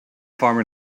farmer